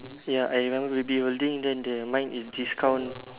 ya I remember the building then the mine is discount